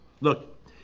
Look